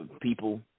people